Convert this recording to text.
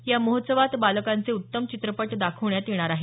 या महोत्सवात बालकांचे उत्तम चित्रपट दाखवण्यात येणार आहेत